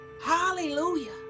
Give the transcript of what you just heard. hallelujah